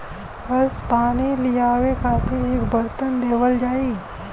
बस पानी लियावे खातिर एक बरतन देवल जाई